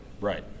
Right